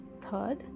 third